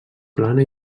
plana